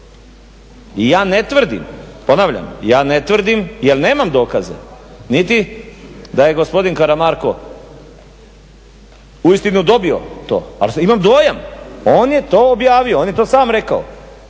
I ja ne tvrdim, ponavljam, ja ne tvrdim jer nemam dokaza niti da je gospodin Karamarko uistinu dobio to, ali imam dojam on je to objavio, on je to sam rekao.